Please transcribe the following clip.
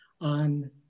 on